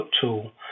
tool